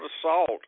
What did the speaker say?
assault